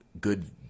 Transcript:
good